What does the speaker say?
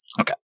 Okay